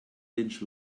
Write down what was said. lynch